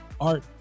art